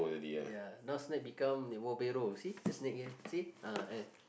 ya now snake become the wheelbarrow see the snake here see ah eh